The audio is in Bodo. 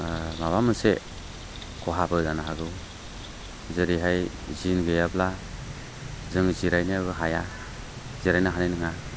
माबा मोनसे खहाबो जानो हागौ जेरैहाय जिन गैयाब्ला जों जिरायनो हाया जिरायनो हानाय नङा